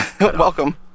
welcome